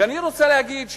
ואני רוצה להגיד,